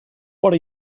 what